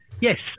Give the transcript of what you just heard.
Yes